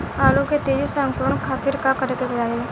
आलू के तेजी से अंकूरण खातीर का करे के चाही?